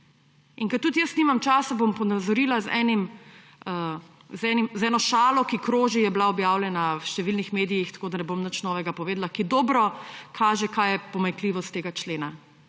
Ker tudi jaz nimam časa, bom ponazorila z eno šalo, ki kroži, je bila objavljena v številnih medijih, tako da ne bom nič novega povedala, ki dobro kaže, kaj je pomanjkljivost tega člena.